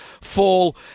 fall